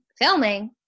filming